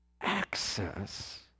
access